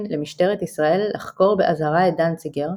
למשטרת ישראל לחקור באזהרה את דנציגר,